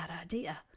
idea